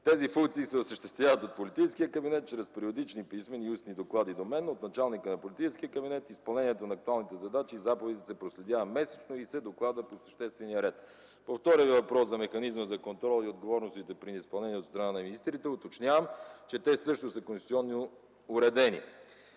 Тези функции се осъществяват от политическия кабинет чрез периодични писмени доклади до мен от началника на политическия кабинет. Изпълнението на актуалните задачи и заповедите се проследява месечно и се докладва по установен ред. По втория Ви въпрос – за механизма за контрол и отговорностите при неизпълнение от страна на министрите, уточнявам, че те също са конституционно уредени.